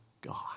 God